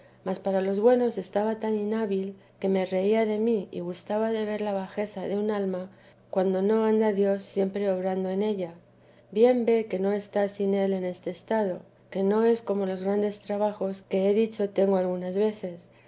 mas para los buenos estaba tan inhábil que me reía de mí y gustaba de ver la bajeza de un alma cuando no anda dios siempre obrando en ella bien ve que no está sin él en este estado que no es como los grandes trabajos que he dicho tengo algunas veces